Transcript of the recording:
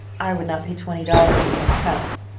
i would not pay twenty dollars for those cups.